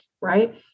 Right